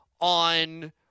on